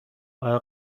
آیا